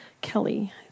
Kelly